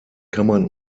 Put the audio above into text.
kammern